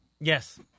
yes